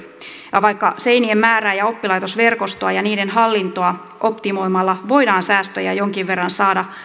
ja vaikka seinien määrää ja oppilaitosten verkostoa ja niiden hallintoa optimoimalla voidaan säästöjä jonkin verran saada